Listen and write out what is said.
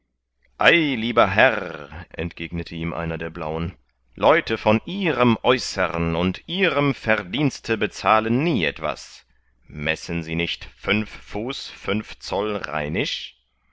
lieber herr entgegnete ihm einer der blauen leute von ihrem aeußern und ihrem verdienste bezahlen nie etwas messen sie nicht fünf fuß fünf zoll